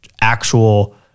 actual